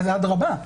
אז אדרבה.